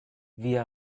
via